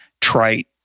trite